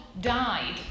died